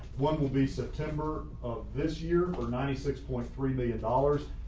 one will be september of this year for ninety six point three million dollars.